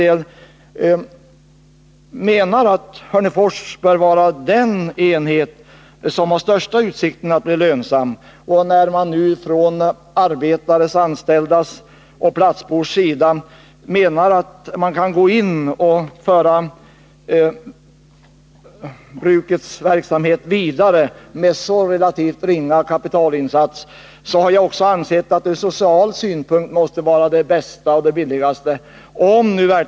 Jag menar att Hörnefors bör vara den enhet som har största utsikterna att bli lönsam. När man nu från de anställdas och från platsbornas sida anser att man kan gå in och föra driften vid bruket vidare med en så relativt ringa kapitalinsats, så är det min uppfattning att detta också ur social synpunkt måste vara den bästa och billigaste lösningen.